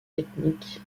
technique